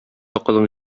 акылың